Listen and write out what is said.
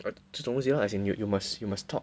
but 这东西咯 as in you must you must talk